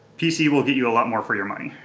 pc will get you a lot more for your money.